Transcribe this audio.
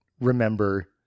remember